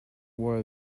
wore